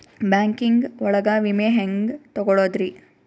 Banking ಒಳಗ ವಿಮೆ ಹೆಂಗ್ ತೊಗೊಳೋದ್ರಿ?